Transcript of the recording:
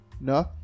No